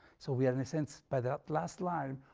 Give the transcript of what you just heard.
so we are in a sense, by that last line,